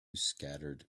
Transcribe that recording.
scattered